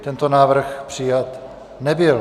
Tento návrh přijat nebyl.